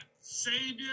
Savior